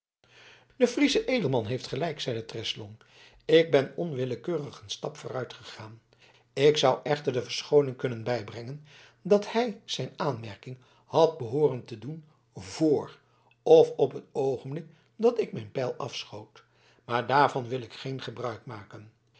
de friesche edelman heeft gelijk zeide treslong ik ben onwillekeurig een stap vooruitgegaan ik zou echter de verschooning kunnen bijbrengen dat hij zijn aanmerking had behooren te doen vr of op het oogenblik dat ik mijn pijl afschoot maar daarvan wil ik geen gebruik maken